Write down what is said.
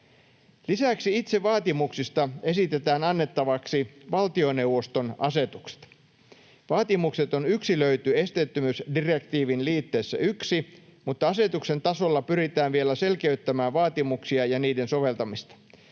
Lisäksi itse vaatimuksista esitetään annettavaksi valtioneuvoston asetukset. Vaatimukset on yksilöity esteettömyysdirektiivin liitteessä 1, mutta asetuksen tasolla pyritään vielä selkeyttämään vaatimuksia ja niiden soveltamista.